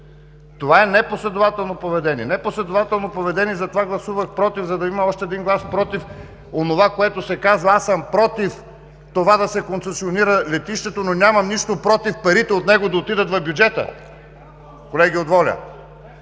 Това е непоследователно поведение. Непоследователно поведение и затова гласувах против, за да има още един глас против това да се концесионира летището, но нямам нищо против парите от него да отидат в бюджета, колеги от „Воля“.